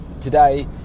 Today